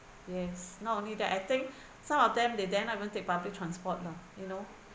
yes not only that I think some of them they dare not to take public transport lah you know